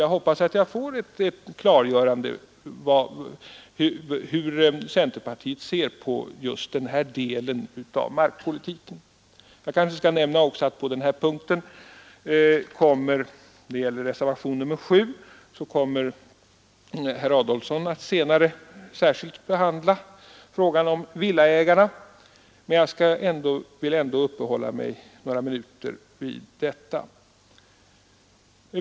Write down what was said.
Jag hoppas att jag får ett klargörande av hur centerpartiet ser på just den här delen av markpolitiken. Jag kanske skall nämna att på den här punkten kommer herr Adolfsson senare att särskilt behandla frågan om villaägarna, men jag vill ändå uppehålla mig ett ögonblick vid dem.